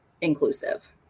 inclusive